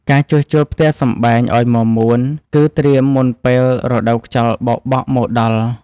ការជួសជុលផ្ទះសម្បែងឱ្យមាំមួន គឺត្រៀមមុនពេលរដូវខ្យល់បោកបក់មកដល់។